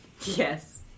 yes